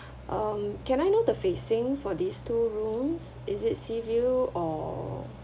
um can I know the facing for these two rooms is it seaview or